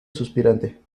suspirante